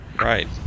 right